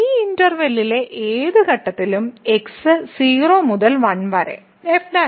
ഈ ഇന്റെർവെല്ലിലെ ഏത് ഘട്ടത്തിലും x 0 മുതൽ 1 വരെ f ≠ 0